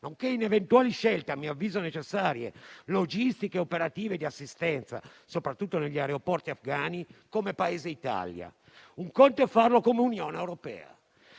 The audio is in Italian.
nonché in eventuali scelte, a mio avviso necessarie, logistiche e operative di assistenza, soprattutto negli aeroporti afghani, come Paese Italia; altro conto è farlo come Unione europea.